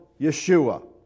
Yeshua